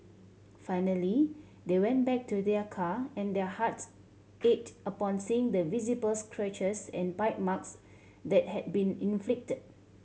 finally they went back to their car and their hearts ached upon seeing the visible scratches and bite marks that had been inflicted